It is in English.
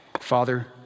Father